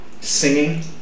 singing